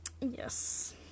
Yes